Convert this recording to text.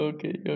Okay